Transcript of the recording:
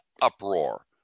uproar